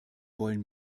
wollen